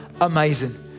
amazing